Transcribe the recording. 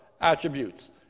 attributes